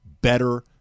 better